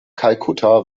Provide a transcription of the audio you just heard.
kalkutta